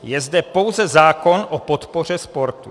Je zde pouze zákon o podpoře sportu.